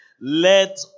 Let